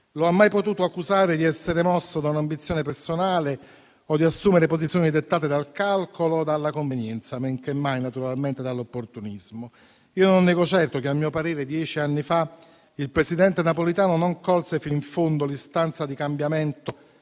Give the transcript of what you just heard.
ha mai potuto accusare di essere mosso da un'ambizione personale o di assumere posizioni dettate dal calcolo e dalla convenienza, e men che mai, naturalmente, dall'opportunismo. Non nego certo che, a mio parere, dieci anni fa il presidente Napolitano non colse fino in fondo l'istanza di cambiamento